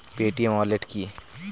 Paytm wallet কি?